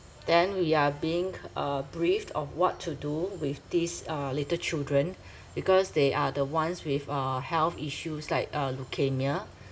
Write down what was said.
then we are being uh briefed of what to do with these uh little children because they are the ones with uh health issues like uh leukemia